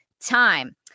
time